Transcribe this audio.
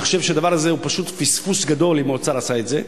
אני חושב שהדבר הזה הוא פשוט פספוס גדול אם האוצר עשה את זה.